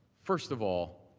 first of all,